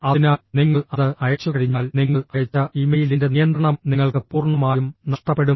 അതിനാൽ നിങ്ങൾ അത് അയച്ചുകഴിഞ്ഞാൽ നിങ്ങൾ അയച്ച ഇമെയിലിന്റെ നിയന്ത്രണം നിങ്ങൾക്ക് പൂർണ്ണമായും നഷ്ടപ്പെടും